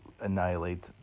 annihilate